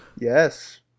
Yes